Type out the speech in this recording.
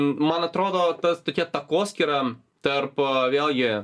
man atrodo tas tokia takoskyra tarpo vėlgi